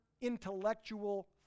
intellectual